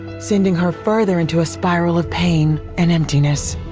sending her further into a spiral of pain and emptiness.